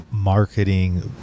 Marketing